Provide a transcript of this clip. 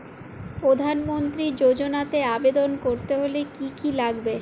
প্রধান মন্ত্রী যোজনাতে আবেদন করতে হলে কি কী লাগবে?